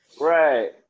right